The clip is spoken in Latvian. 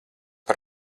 par